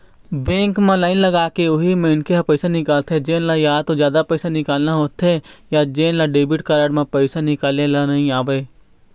bank म line लगाके उही मनखे ह पइसा निकालथे जेन ल या तो जादा पइसा निकालना होथे या जेन ल डेबिट कारड म पइसा निकाले ल नइ आवय